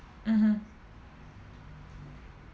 mmhmm